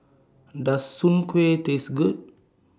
Does Soon Kway Taste Good